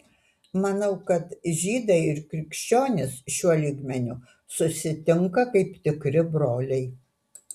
manau kad žydai ir krikščionys šiuo lygmeniu susitinka kaip tikri broliai